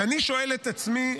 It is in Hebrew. ואני שואל את עצמי,